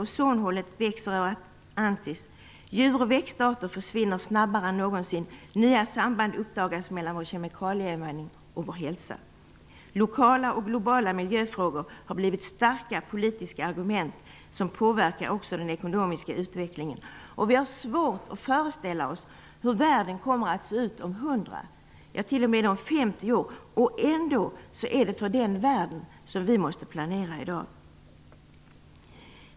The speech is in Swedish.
Ozonhålet växer över Antarktis, djuroch växtarter försvinner snabbare än någonsin, nya samband uppdagas mellan kemikalieanvändning och vår hälsa. Lokala och globala miljöfrågor har blivit starka politiska argument som påverkar också den ekonomiska utvecklingen. Vi har svårt att föreställa oss hur världen kommer att se ut om 100, ja t.o.m. om 50 år. Ändå är det för den världen som vi måste planera i dag.